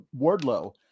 Wardlow